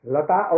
Lata